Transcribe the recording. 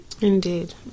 Indeed